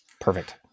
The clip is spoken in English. Perfect